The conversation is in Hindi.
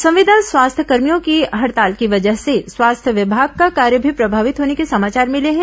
संविदा स्वास्थ्यकर्मियों की हड़ताल की वजह से स्वास्थ्य विभाग का कार्य भी प्रभावित होने के समाचार मिले हैं